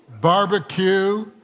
barbecue